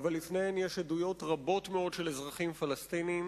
אבל לפניהן יש עדויות רבות מאוד של אזרחים פלסטינים